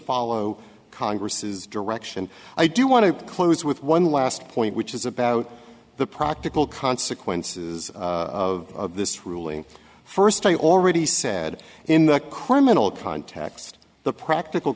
follow congress's direction i do want to close with one last point which is about the practical consequences of this ruling first i already said in the criminal context the practical